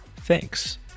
Thanks